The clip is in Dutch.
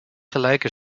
gelijke